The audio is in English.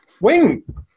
wing